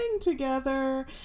together